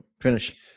finish